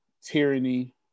Tyranny